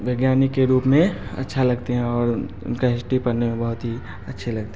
वैज्ञानिक के रूप में अच्छा लगते हैं और उनका हिस्ट्री पढ़ने में बहुत ही अच्छे लगते